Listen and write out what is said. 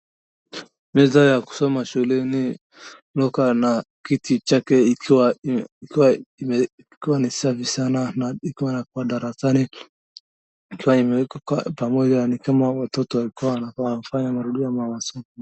Meza ya kusoma shuleni, loka na kiti chake ikiwa ni safi sana na ikiwa hapa darasani ikiwa imewekwa kwa pamoja ni kama watoto wamekuwa wanafanya marudio ama wanasoma.